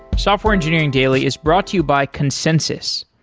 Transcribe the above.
software engineering daily is brought to you by consensys.